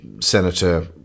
Senator